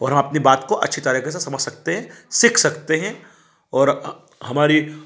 और हम अपनी बात को अच्छी तरीके से समझ सकते हैं सीख सकते हैं और हमारी